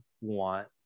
want